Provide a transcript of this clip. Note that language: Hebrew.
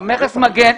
מכס המגן,